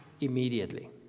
immediately